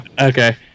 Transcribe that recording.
Okay